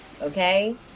okay